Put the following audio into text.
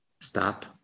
stop